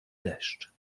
deszcz